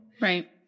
Right